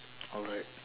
alright